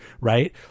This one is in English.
right